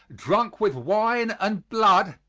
drunk with wine and blood,